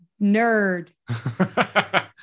nerd